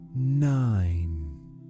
nine